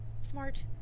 Smart